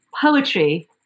poetry